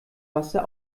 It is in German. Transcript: wasser